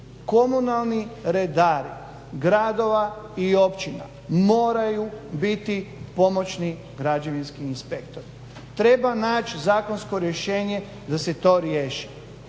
komunalni redari gradova i općina moraju biti pomoćni građevinski inspektori. Treba naći zakonsko rješenje da se to riješi